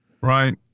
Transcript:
Right